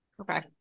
Okay